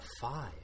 five